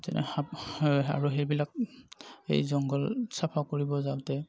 যেনে সাপ আৰু সেইবিলাক এই জংঘল চাফা কৰিব যাওঁতে